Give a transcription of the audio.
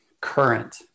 current